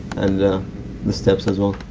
and the steps as well.